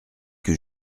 que